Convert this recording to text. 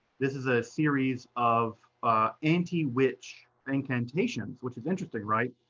this is a series of anti-witch incantations, which is interesting, right?